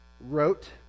wrote